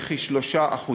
בכ-3%,